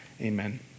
Amen